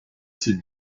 types